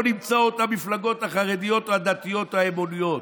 נמצאות המפלגות החרדיות או החרדיות או האמוניות.